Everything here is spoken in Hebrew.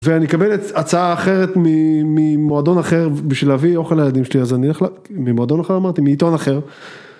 ואני אקבל את הצעה האחרת ממועדון אחר בשביל להביא אוכל לילדים שלי, אז אני הולך, ממועדון אחר אמרתי? מעיתון אחר.